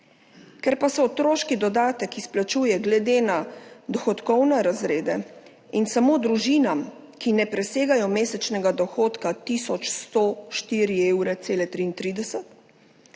Ker pa se otroški dodatek izplačuje glede na dohodkovne razrede in samo družinam, ki ne presegajo mesečnega dohodka 1104,33 evra